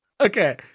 Okay